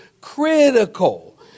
critical